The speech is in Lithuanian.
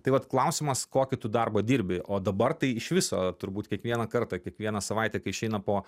tai vat klausimas koki tu darba dirbi o dabar tai iš viso turbūt kiekvieną kartą kiekvieną savaitę kai išeina po